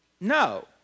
no